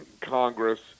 Congress